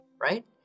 right